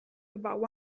about